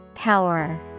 Power